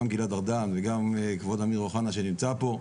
גם גלעד ארדן וגם כבוד אמיר אוחנה שנמצא פה,